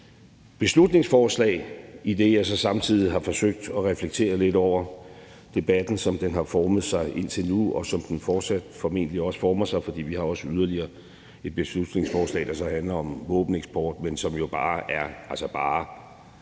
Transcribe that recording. beslutningsforslag, idet jeg så samtidig har forsøgt at reflektere lidt over debatten, som den har formet sig indtil nu, og som den formentlig også fortsat former sig, fordi der også er yderligere et beslutningsforslag, der så handler om våbeneksport, men som jo bare er en